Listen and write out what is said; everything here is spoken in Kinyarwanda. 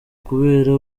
kubera